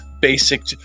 basic